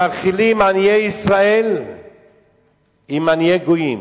מאכילים עניי ישראל עם עניי גויים.